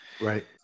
Right